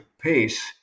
pace